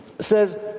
says